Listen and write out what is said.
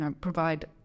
provide